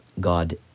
god